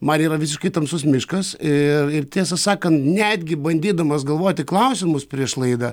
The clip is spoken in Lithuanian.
man yra visiškai tamsus miškas ir ir tiesą sakant netgi bandydamas galvoti klausimus prieš laidą